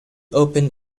opened